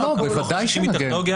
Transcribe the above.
ודאי שנגן.